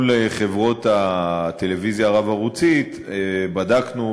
מול חברות הטלוויזיה הרב-ערוצית בדקנו,